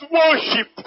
worship